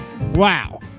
Wow